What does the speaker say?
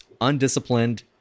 undisciplined